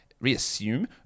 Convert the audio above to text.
reassume